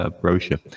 brochure